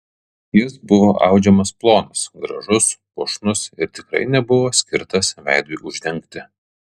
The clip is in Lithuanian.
jis buvo audžiamas plonas gražus puošnus ir tikrai nebuvo skirtas veidui uždengti